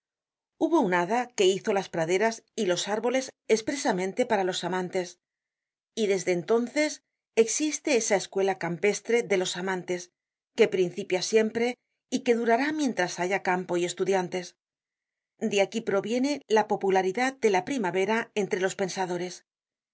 hubo una hada que hizo las praderas y los árboles espre samente para los amantes y desde entonces existe esa escuela campestre de los amantes que principia siempre y que durará mientras haya campo y estudiantes de aquí proviene la popularidad de la primavera entre los pensadores el